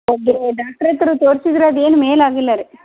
ಒಬ್ಬರು ಡಾಕ್ಟ್ರ ಹತ್ತಿರ ತೋರ್ಸಿದರೆ ಅದು ಏನು ಮೇಲೆ ಆಗಿಲ್ಲ ರೀ